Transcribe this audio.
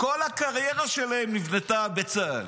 כל הקריירה שלהם נבנתה בצה"ל.